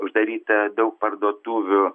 uždaryta daug parduotuvių